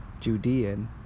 Judean